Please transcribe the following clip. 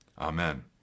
Amen